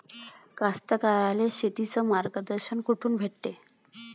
कास्तकाराइले शेतीचं मार्गदर्शन कुठून भेटन?